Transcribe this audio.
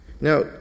Now